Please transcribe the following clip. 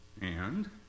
and